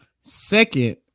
second